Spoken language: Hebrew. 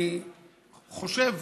אני חושב,